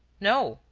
no,